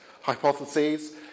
hypotheses